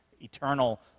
eternal